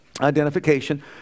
identification